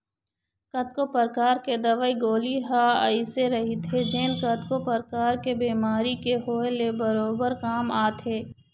कतको परकार के दवई गोली ह अइसे रहिथे जेन कतको परकार के बेमारी के होय ले बरोबर काम आथे